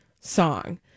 song